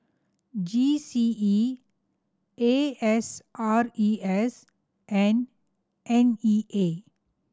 G C E A S R E S and N E A